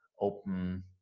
open